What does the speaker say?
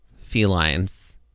felines